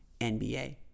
NBA